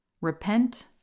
Repent